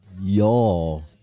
y'all